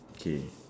okay